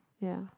ya